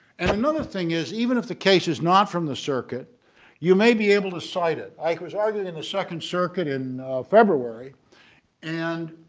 and another thing is even if the case is not from the circuit you may be able to cite it like was argued in the second circuit in february and